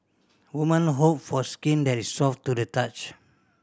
woman hope for skin that is soft to the touch